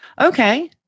okay